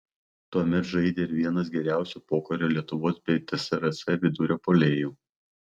tuomet žaidė ir vienas geriausių pokario lietuvos bei tsrs vidurio puolėjų